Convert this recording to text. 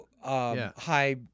high